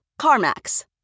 CarMax